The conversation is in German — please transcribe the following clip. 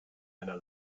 einer